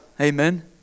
Amen